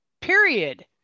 Period